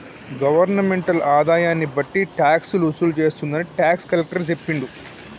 governmental ఆదాయన్ని బట్టి టాక్సులు వసూలు చేస్తుందని టాక్స్ కలెక్టర్ సెప్పిండు